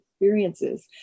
experiences